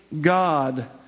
God